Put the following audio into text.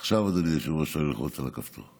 עכשיו, אדוני היושב-ראש, נא ללחוץ על הכפתור.